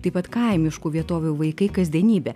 taip pat kaimiškų vietovių vaikai kasdienybė